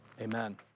amen